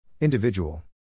Individual